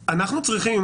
אולי צריך להחמיר יותר,